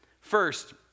First